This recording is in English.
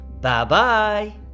Bye-bye